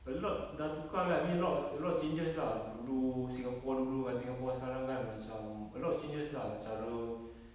a lot dah tukar lah I mean a lot of a lot of changes lah dulu singapore dulu dengan singapore sekarang kan macam a lot of changes lah cara